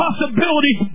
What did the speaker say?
possibilities